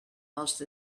most